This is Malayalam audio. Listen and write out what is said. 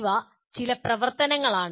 ഇവ ചില പ്രവർത്തനങ്ങളാണ്